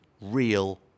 real